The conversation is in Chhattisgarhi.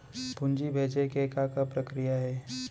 पूंजी भेजे के का प्रक्रिया हे?